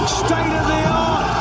state-of-the-art